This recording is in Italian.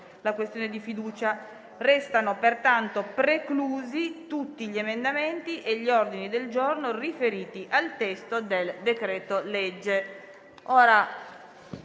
Allegato B).* Risultano pertanto preclusi tutti gli emendamenti e gli ordini del giorno riferiti al testo del decreto-legge n.